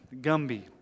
Gumby